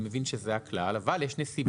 אני מבין שזה הכלל אבל יש נסיבות.